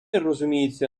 розуміється